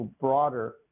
broader